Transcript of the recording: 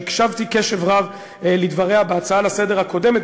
שהקשבתי קשב רב לדבריה בהצעה לסדר-היום הקודמת,